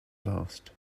last